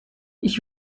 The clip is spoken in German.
ich